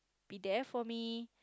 be there for me